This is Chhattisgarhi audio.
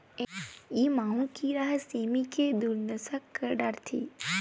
ए माहो कीरा ह सेमी फर के दुरदसा कर डरथे